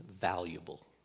valuable